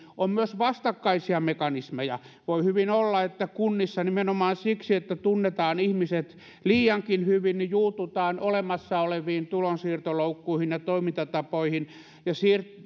on myös vastakkaisia mekanismeja voi hyvin olla että kunnissa nimenomaan siksi että tunnetaan ihmiset liiankin hyvin juututaan olemassa oleviin tulonsiirtoloukkuihin ja toimintatapoihin ja